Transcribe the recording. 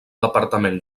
departament